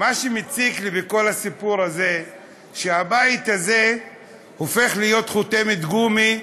מה שמציק לי בכל הסיפור הזה הוא שהבית הזה הופך להיות חותמת גומי,